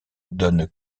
donne